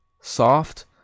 Soft